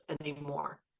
anymore